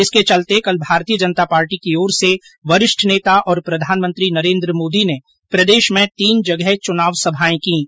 इसके चलते कल भारतीय जनता पार्टी की ओर र्स वरिष्ठ नेता और प्रधानमंत्री नरेन्द्र मोदी ने प्रदेश में तीन जगह सभाएं कीं